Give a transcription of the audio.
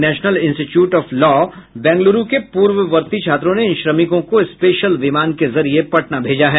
national Institute of Law Bengaluru के पूर्ववर्ती छात्रों ने इन श्रमिकों को स्पेशल विमान के जरिये पटना भेजा है